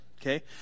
okay